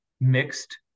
mixed